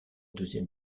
deuxième